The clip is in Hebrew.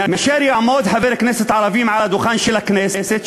מאשר חבר כנסת ערבי שיעמוד על הדוכן של הכנסת,